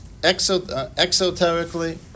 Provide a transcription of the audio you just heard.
exoterically